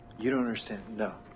you don't understand. no.